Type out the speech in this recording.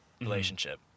relationship